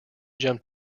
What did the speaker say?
jump